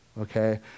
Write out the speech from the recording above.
okay